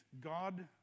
God